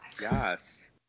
Yes